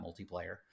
multiplayer